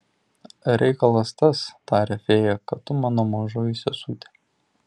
reikalas tas taria fėja kad tu mano mažoji sesutė